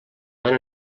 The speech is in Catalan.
van